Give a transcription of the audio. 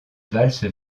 valses